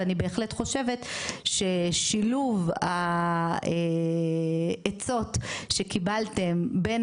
ואני בהחלט חושבת ששילוב העצות שקיבלתם בין